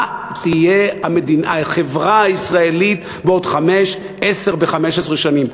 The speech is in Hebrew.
מה תהיה החברה הישראלית בעוד חמש, עשר ו-15 שנים?